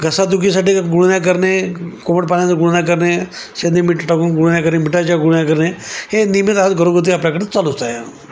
घसादुखीसाठी गुळण्या करणे कोमट पाण्याचा गुळण्या करणे सैंधव मिठ टाकून गुळण्या करणे मिठाच्या गुळण्या करणे हे नियमित आज घरगुती आपल्याकडे चालूच आहे